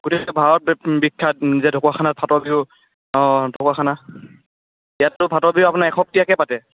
গতিকে ভাৰত বিখ্যাত যে ঢকুৱাখানাত ফাট বিহু অঁ ঢকুৱাখানা ইয়াততো ফাট বিহু আপোনাৰ এসপ্তীয়াকৈ পাতে